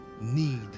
Need